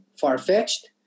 far-fetched